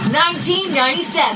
1997